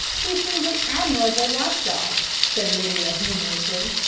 he seems an admirable watch dog, said lydia humorously.